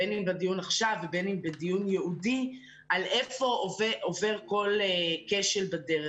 בין אם בדיון עכשיו ובין אם בדיון ייעודי על היכן עובר כל כשל בדרך.